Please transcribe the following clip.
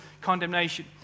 condemnation